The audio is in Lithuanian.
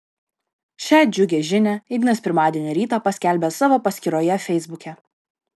šią džiugią žinią ignas pirmadienio rytą paskelbė savo paskyroje feisbuke